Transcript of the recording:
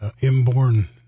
inborn